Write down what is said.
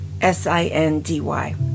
S-I-N-D-Y